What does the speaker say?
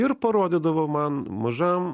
ir parodydavo man mažam